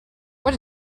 what